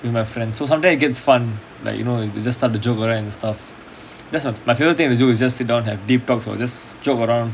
you my friend so sometimes it gets fun like you know you just start a joke and stuff that's my favourite thing to do is just you don't have deep talks or just joke around